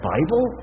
Bible